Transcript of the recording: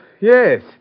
Yes